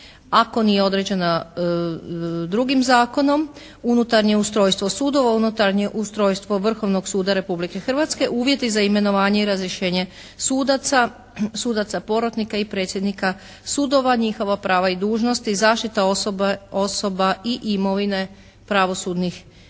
ako nije određena drugim zakonom, unutarnje ustrojstvo sudova, unutarnje ustrojstvo Vrhovnog suda Republike Hrvatske, uvjeti za imenovanje i razrješenje sudaca, sudaca porotnika i predsjednika sudova, njihova prava i dužnosti, zaštita osoba i imovine pravosudnih tijela.